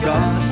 God